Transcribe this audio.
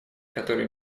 которые